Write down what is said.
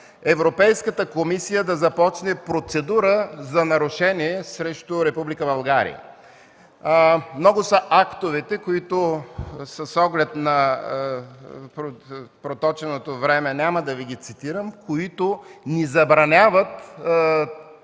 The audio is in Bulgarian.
Европейската комисия да започне процедура за нарушение срещу Република България. Много са актовете, които с оглед на проточеното време, няма да Ви ги цитирам, ни забраняват такова